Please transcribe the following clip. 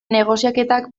negoziaketak